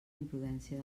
imprudència